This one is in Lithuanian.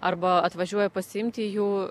arba atvažiuoja pasiimti jų